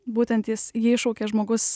būtent jis jį iššaukė žmogus